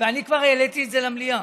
ואני כבר העליתי את זה למליאה.